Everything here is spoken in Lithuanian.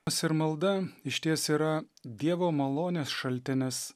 pas ir malda išties yra dievo malonės šaltinis